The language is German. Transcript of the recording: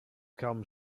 kamen